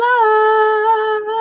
love